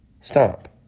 stop